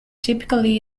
typically